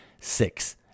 six